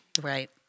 Right